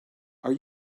are